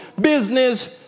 business